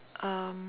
um